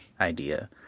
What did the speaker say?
idea